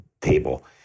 table